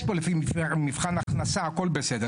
יש פה למי מבחן הכנסה, הכול בסדר.